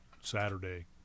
Saturday